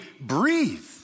breathe